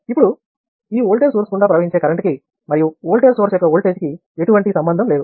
ఇప్పుడు ఈ voltage source గుండా ప్రవహించే కరెంటుకి మరియు ఓల్టేజ్ సోర్స్ యొక్క ఓల్టేజీ కి ఎటువంటి సంబంధం లేదు